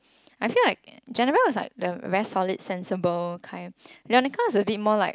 I feel like Janabelle is like the very solid sensible kind Leonica is a bit more like